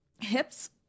hips